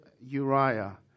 Uriah